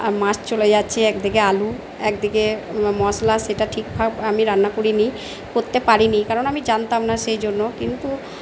মাছ চলে যাচ্ছে একদিকে আলু একদিকে ম মশলা সেটা ঠিকভাব আমি রান্না করি নি করতে পারি নি কারণ আমি জানতাম না সেই জন্য কিন্তু